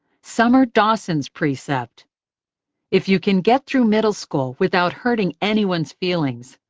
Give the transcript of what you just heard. summer dawson's precept if you can get through middle school without hurting anyone's feelings,